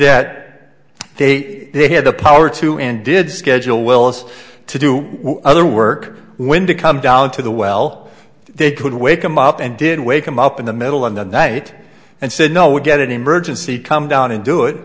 that they they had the power to and did schedule willis to do other work when to come down to the well they could wake him up and did wake him up in the middle of the night and said no we'll get an emergency come down and do it